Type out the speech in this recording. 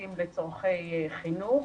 כספים לצורכי חינוך.